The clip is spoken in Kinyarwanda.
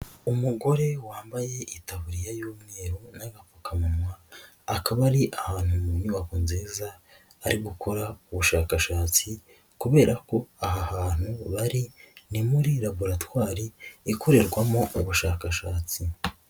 Umugore wambaye itaburiya y'umweru n'agapfukamunwa akaba ari ahantu mu nyubako nziza ari gukora ubushakashatsi kubera ko aha hantu bari ni muri laboratwari ikorerwamo ubushakashatsi.